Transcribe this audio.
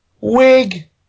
Wig